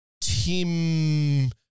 Tim